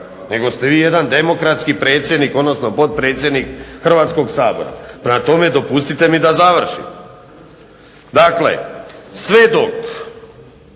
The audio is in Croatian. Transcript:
nego ste vi jedan demokratski predsjednik, odnosno potpredsjednik Hrvatskog sabora. Prema tome, dopustite mi da završim. Dakle, sve dok